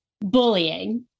bullying